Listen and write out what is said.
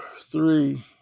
three